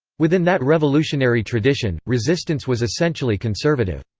within that revolutionary tradition, resistance was essentially conservative.